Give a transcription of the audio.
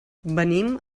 venim